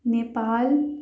Nepal